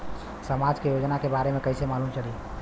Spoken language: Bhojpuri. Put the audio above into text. समाज के योजना के बारे में कैसे मालूम चली?